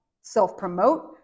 self-promote